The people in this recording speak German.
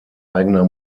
eigener